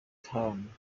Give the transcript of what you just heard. town